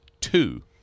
two